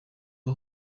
ubu